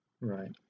Right